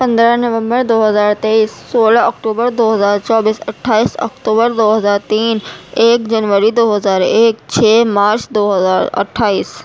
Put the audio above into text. پندرہ نومبر دو ہزار تیئس سولہ اکٹوبر دو ہزار چوبیس اٹھائیس اکتوبر دو ہزار تین ایک جنوری دو ہزار ایک چھ مارچ دو ہزار اٹھائیس